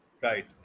right